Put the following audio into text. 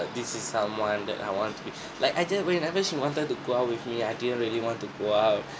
this is someone that I want to be like I just whenever she wanted to go out with me I didn't really want to go out